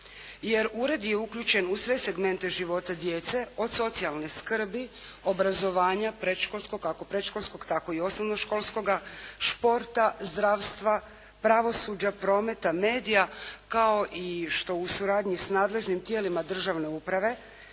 Jer ured je uključen u sve segmente život djece od socijalne skrbi, obrazovanja, predškolskog, kako predškolskog tako i osnovnoškolskoga športa, zdravstva pravosuđa, prometa, medija kao i što u suradnji s nadležnim tijelima državne uprave